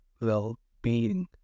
well-being